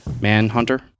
Manhunter